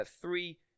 Three